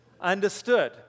understood